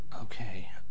Okay